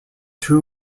two